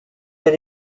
des